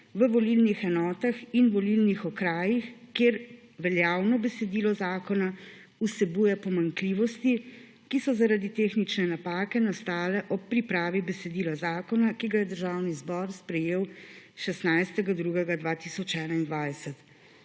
v volilnih enotah in volilnih okrajih, kjer veljavno besedilo zakona vsebuje pomanjkljivosti, ki so zaradi tehnične napake nastale ob pripravi besedila zakona, ki ga je Državni zbor sprejel 16. 2. 2021.